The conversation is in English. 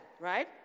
right